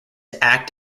act